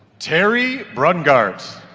terri brungardt